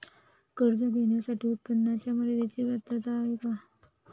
कर्ज घेण्यासाठी उत्पन्नाच्या मर्यदेची पात्रता आहे का?